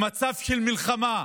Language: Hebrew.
במצב של מלחמה,